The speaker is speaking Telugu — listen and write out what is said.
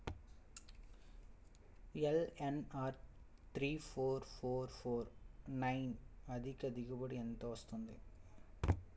LNR three four four four nine అధిక దిగుబడి ఎందుకు వస్తుంది?